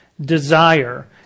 desire